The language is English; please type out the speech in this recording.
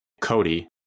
Cody